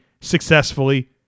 successfully